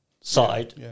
side